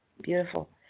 Beautiful